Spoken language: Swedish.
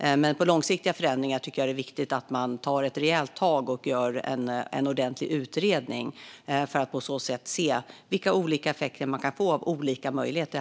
När det gäller långsiktiga förändringar är det dock min bedömning att det är viktigt att man tar ett rejält tag och gör en ordentlig utredning för att på så sätt se vilka olika effekter man kan få av olika möjligheter.